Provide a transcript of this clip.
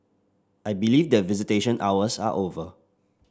I believe that visitation hours are over